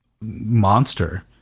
monster